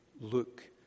look